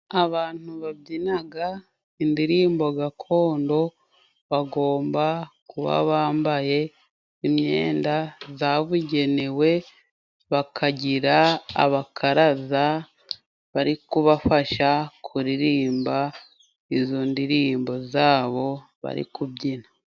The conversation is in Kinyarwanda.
Abantu babyinaga indirimbo gakondo， bagomba kuba bambaye imyenda zabugenewe， bakagira abakaraza bari kubafasha kuririmba izo ndirimbo zabo bari kubyina.